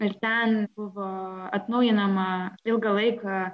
ir ten buvo atnaujinama ilgą laiką